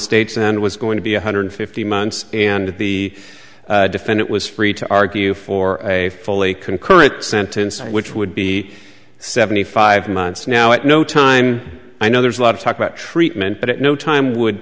states and was going to be one hundred fifty months and the defendant was free to argue for a fully concurrent sentence which would be seventy five months now at no time i know there's a lot of talk about treatment but at no time would